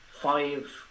five